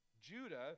Judah